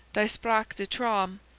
die sprache des traumes,